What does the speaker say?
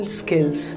skills